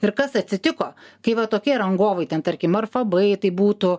ir kas atsitiko kai va tokie rangovai ten tarkim ar fabai tai būtų